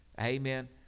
amen